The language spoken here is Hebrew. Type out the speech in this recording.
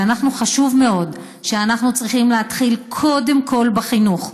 חשוב מאוד, אנחנו צריכים להתחיל קודם כול בחינוך.